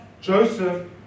Joseph